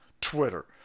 Twitter